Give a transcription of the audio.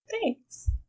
thanks